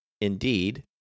indeed